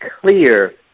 clear